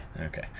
Okay